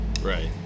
Right